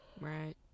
right